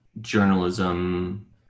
journalism